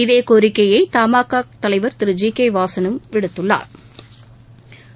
இதே கோரிக்கையை தமாகா தலைவா் திரு ஜி கே வாசனும் விடுத்துள்ளாா்